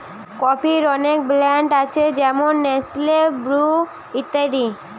কফির অনেক ব্র্যান্ড আছে যেমন নেসলে, ব্রু ইত্যাদি